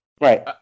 Right